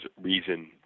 reason